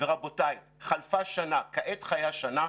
ורבותיי, חלפה שנה, כעת חיה שנה,